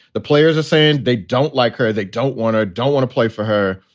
the players are saying they don't like her. they don't want to don't want to play for her.